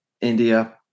India